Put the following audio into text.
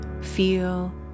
feel